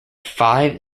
five